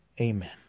Amen